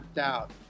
out